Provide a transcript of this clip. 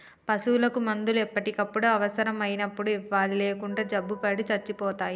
పశువులకు మందులు ఎప్పటికప్పుడు అవసరం అయినప్పుడు ఇవ్వాలి లేకుంటే జబ్బుపడి సచ్చిపోతాయి